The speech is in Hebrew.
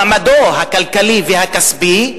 מעמדו הכלכלי והכספי,